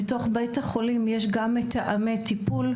בתוך בית החולים יש גם מתאמי טיפול,